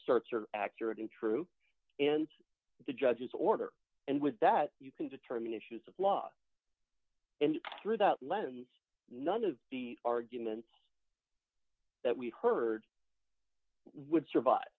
are accurate and true d in the judge's order and with that you can determine issues of law and through that lens none of the arguments that we heard would survive